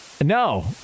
No